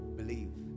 believe